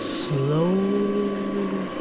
slowly